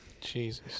Jesus